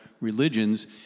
religions